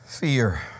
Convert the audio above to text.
fear